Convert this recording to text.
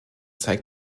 zeigt